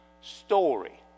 story